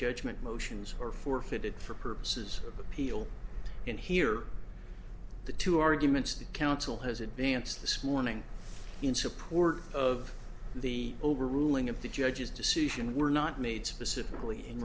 judgment motions are forfeited for purposes of appeal and here the two arguments that counsel has advanced this morning in support of the overruling of the judge's decision were not made specifically in